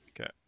Okay